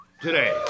today